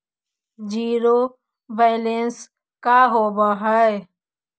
Zero balance का होव हइ?